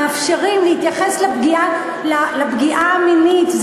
מאפשרים להתייחס לפגיעה המינית.